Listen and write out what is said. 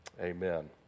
amen